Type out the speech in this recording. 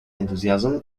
enthusiasm